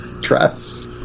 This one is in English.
dress